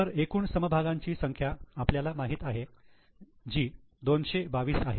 तर एकूण समभागांची संख्या आपल्याला माहित आहे जी 222 आहे